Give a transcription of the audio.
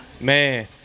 Man